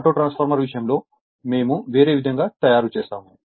auto transformer విషయంలో మేము వేరే విధంగా తయారు చేస్తాము